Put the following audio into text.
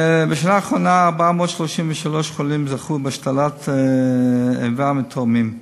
בשנה האחרונה 433 חולים זכו בהשתלת איבר מתורמים,